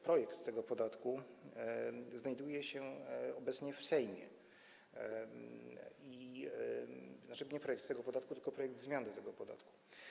Projekt tego podatku znajduje się obecnie w Sejmie - właściwie nie projekt tego podatku, tylko projekt zmiany tego podatku.